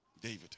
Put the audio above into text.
David